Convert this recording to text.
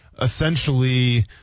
essentially